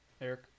Eric